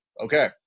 okay